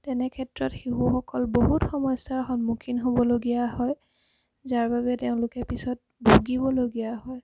তেনে ক্ষেত্ৰত শিশুসকল বহুত সমস্যাৰ সন্মুখীন হ'বলগীয়া হয় যাৰ বাবে তেওঁলোকে পিছত ভুগিবলগীয়া হয়